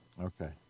Okay